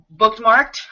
bookmarked